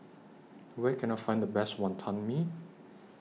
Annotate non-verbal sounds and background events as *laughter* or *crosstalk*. Where Can I Find The Best Wantan Mee *noise*